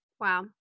Wow